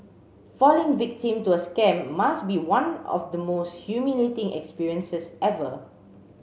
falling victim to a scam must be one of the most humiliating experiences ever